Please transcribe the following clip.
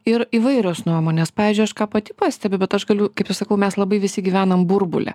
ir įvairios nuomonės pavyzdžiui aš ką pati pastebiu bet aš galiu kaip aš sakau mes labai visi gyvenam burbule